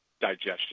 digestion